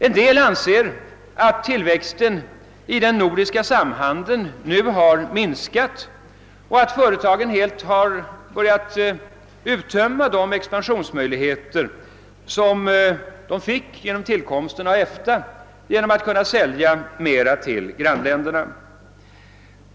En del anser att tillväxten i den nordiska samhandeln nu har minskat och att företagen helt har börjat att uttömma de expansionsmöjligheter som de fick vid tillkomsten av EFTA genom att kunna sälja mera till grannländerna.